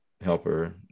helper